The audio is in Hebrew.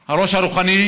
כאן ולהוביל את החוק הזה,